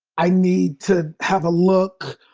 i need to have a look.